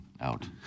out